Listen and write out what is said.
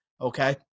Okay